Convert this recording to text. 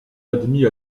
admis